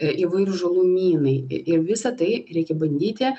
įvairūs žalumynai ir visa tai reikia bandyti